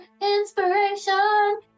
inspiration